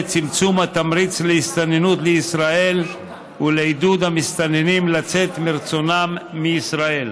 לצמצום התמריץ להסתננות לישראל ולעידוד המסתננים לצאת מרצונם מישראל.